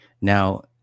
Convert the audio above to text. Now